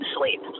sleep